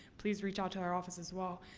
please reach out to our office as well.